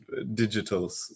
digitals